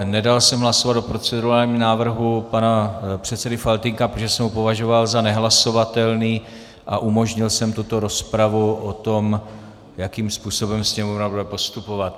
Nedal jsem hlasovat o procedurálním návrhu pana předsedy Faltýnka, protože jsem ho považoval za nehlasovatelný, a umožnil jsem tuto rozpravu o tom, jakým způsobem Sněmovna bude postupovat.